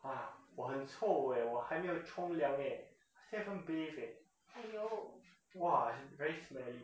!wah! 我很臭 leh 我还没有冲凉 eh haven't even bathe leh !wah! very smelly